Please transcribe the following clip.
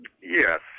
yes